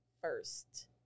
first